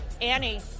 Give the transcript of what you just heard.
Annie